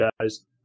guys